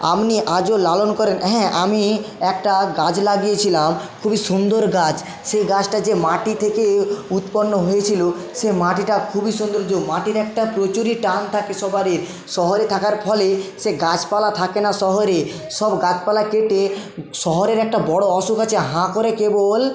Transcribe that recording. আপনি আজও লালন করেন হ্যাঁ আমি একটা গাছ লাগিয়েছিলাম খুবই সুন্দর গাছ সেই গাছটা যে মাটি থেকে উৎপন্ন হয়েছিলো সেই মাটিটা খুবই সুন্দর্য মাটির একটা প্রচুরই টান থাকে সবারই শহরে থাকার ফলে সে গাছপালা থাকে না শহরে সব গাছপালা কেটে শহরের একটা বড়ো অসুখ আছে হাঁ করে কেবল